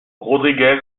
rodriguez